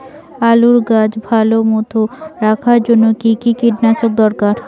আলুর গাছ ভালো মতো রাখার জন্য কী কী কীটনাশক দরকার?